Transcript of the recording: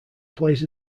plays